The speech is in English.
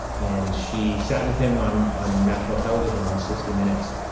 and she sat with him on on national television, on sixty minutes,